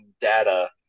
data